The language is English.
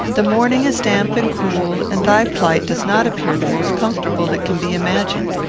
the morning is damp and cool, and thy plight does not appear the most comfortable that can be imagined.